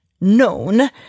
known